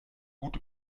gut